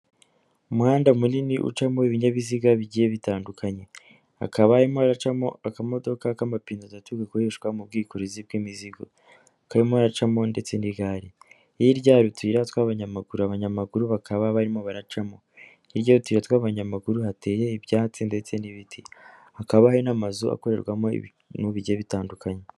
Umuhanda munini ucamo ibinyabiziga bigiye bitandukanye hakaba harimo haracamo akamodoka k'amapine atatu gakoreshwa mu bwikorezi bw'imizigo harimo haracamo ndetse n'igare hirya hari utuyira tw'abanyamaguru abanyamaguru bakaba barimo baracamo hirya y'utuyira tw'abanyamaguru hateye ibyatsi ndetse n'ibiti hakaba hari n'amazu akorerwamo ibintu bigiye bitandukanye.